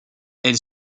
elle